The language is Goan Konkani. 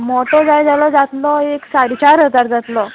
मोटो जाय जालो जातलो एक साडे चार हजार जातलो